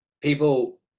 people